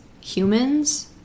humans